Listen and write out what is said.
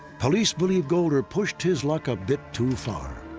police believe golder pushed his luck a bit too far.